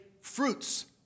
fruits